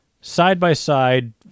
side-by-side